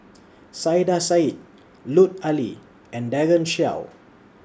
Saiedah Said Lut Ali and Daren Shiau